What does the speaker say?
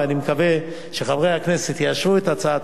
ואני מקווה שחברי הכנסת יאשרו את הצעת